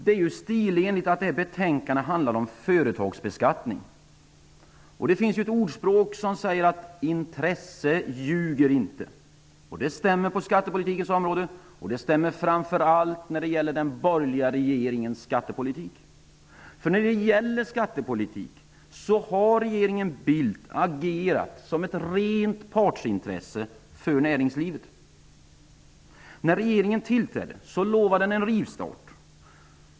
Det är ju stilenligt att det här betänkandet handlar om företagsbeskattning. Det finns ett ordspråk som säger att intresse ljuger inte. Det stämmer på skattepolitikens område och framför allt när det gäller den borgerliga regeringens skattepolitik. I fråga om skattepolitiken har regeringen Bildt agerat som ett rent partsintresse för näringslivet. När regeringen tillträdde lovade den en rivstart.